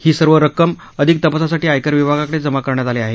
ही सर्व रक्कम अधिक तपासासाठी आयकर विभागाकडे जमा करण्यात आली आहे